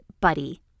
Buddy